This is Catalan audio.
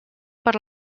per